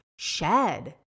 shed